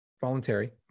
Voluntary